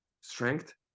strength